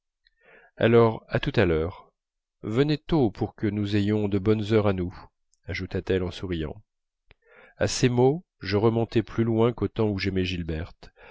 alors à tout à l'heure venez tôt pour que nous ayons de bonnes heures à nous ajouta-t-elle en souriant à ces mots je remontai plus loin qu'aux temps où j'aimais gilberte